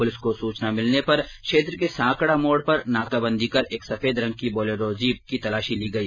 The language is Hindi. पुलिस को सूचना मिलने पर क्षेत्र के सांकडा मोड पर नाकाबंदी कर एक सफेद रंग की बोलेरो जीप की तलाशी ली गई